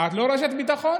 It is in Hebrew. את לא רשת ביטחון?